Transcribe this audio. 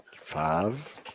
five